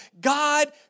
God